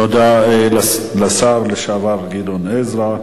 תודה לשר לשעבר גדעון עזרא.